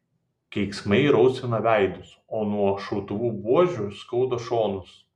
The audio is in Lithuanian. keiksmai rausvina veidus o nuo šautuvų buožių skauda šonus